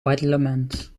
parlement